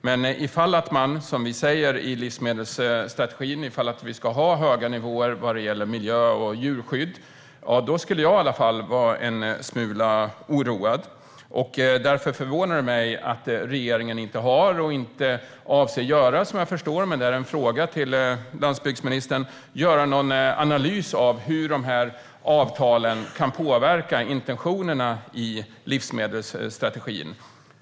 Men om vi, som vi säger i livsmedelsstrategin, ska ha höga nivåer vad gäller miljö och djurskydd, blir i alla fall jag en smula oroad. Det förvånar mig att regeringen inte har gjort och inte avser att göra någon analys av hur de här avtalen kan påverka intentionerna i livsmedelsstrategin. Så har jag förstått det, och jag vill fråga landsbygdsministern om det är så.